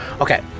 Okay